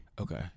Okay